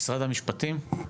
משרד המשפטים.